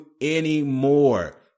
anymore